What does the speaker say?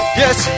yes